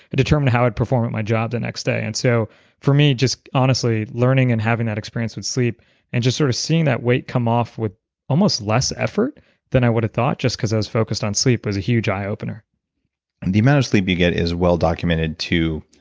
it determined how i'd perform at my job the next day and so for me, just honestly learning and having that experience with sleep and just sort of seeing that weight come off with almost less effort than i would have thought just because i was focused on sleep was a huge eyeopener and the amount of sleep you get is well documented to